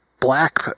Black